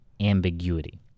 ambiguity